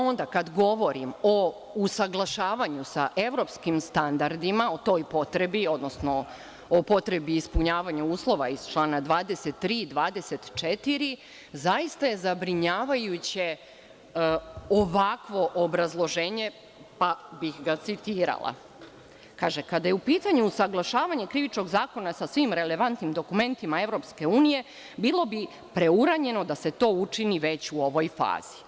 Onda kad govorim o usaglašavanju sa evropskim standardima o toj potrebi, odnosno o potrebi ispunjavanju uslove iz člana 23. i 24, zaista je zabrinjavajuće ovakvo obrazloženje, pa bih ga citirala, kaže - kada je u pitanju usaglašavanje Krivičnog zakona sa svim relevantnim dokumentima EU bilo bi preuranjeno da se to učini već u ovoj fazi.